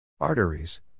Arteries